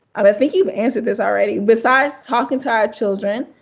um i think you've answered this already. besides talking to our children,